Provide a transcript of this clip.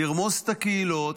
לרמוס את הקהילות,